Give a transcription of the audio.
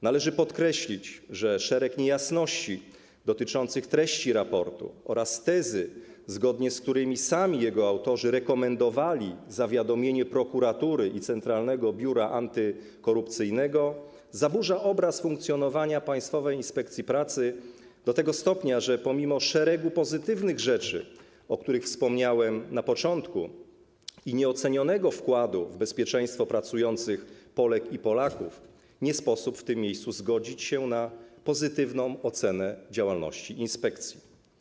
Należy podkreślić, że szereg niejasności dotyczących treści raportu oraz tezy, zgodnie z którymi sami jego autorzy rekomendowali zawiadomienie prokuratury i Centralnego Biura Antykorupcyjnego, zaburzają obraz funkcjonowania Państwowej Inspekcji Pracy do tego stopnia, że pomimo szeregu pozytywnych rzeczy, o których wspomniałem na początku, i nieocenionego wkładu w bezpieczeństwo pracujących Polek i Polaków nie sposób w tym miejscu zgodzić się na pozytywną ocenę działalności inspekcji.